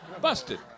Busted